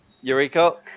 Eureka